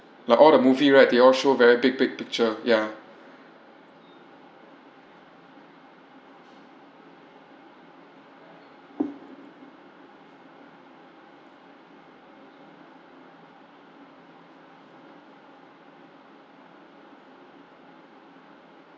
like all the movie right they all show very big big picture ya